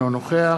אינו נוכח